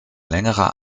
längerer